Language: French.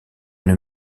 une